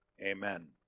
Amen